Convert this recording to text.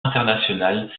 international